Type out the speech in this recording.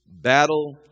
Battle